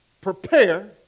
prepare